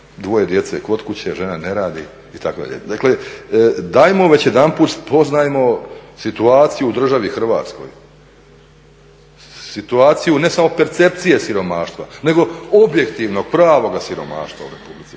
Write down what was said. dvoje djece kod kuće, žena ne radi itd. Dakle, dajmo već jedanput spoznajmo situaciju u državi Hrvatskoj, situaciju ne samo percepcije siromaštva nego objektivnog, pravog siromaštva u Republici